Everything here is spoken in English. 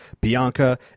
Bianca